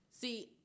See